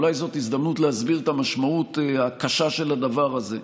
אולי זו הזדמנות להסביר את המשמעות הקשה של הדבר הזה,